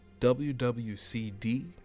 WWCD